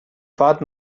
fahrt